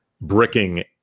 bricking